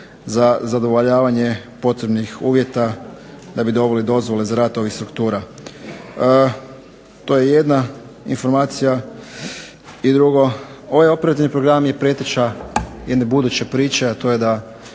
za zadovoljavanje potrebnih uvjeta da bi dobili dozvole za rad ovih struktura. To je jedna informacija. I drugo, ovaj operativni program je preteče jedne buduće priče, a to je da